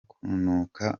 kunuka